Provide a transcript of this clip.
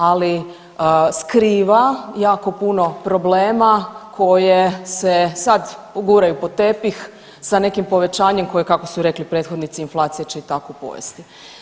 Ali skriva jako puno problema koje se sad guraju pod tepih sa nekim povećanjem koje kako su rekli prethodnici inflacija će i tako pojesti.